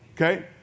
Okay